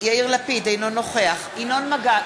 אינו נוכח נגד.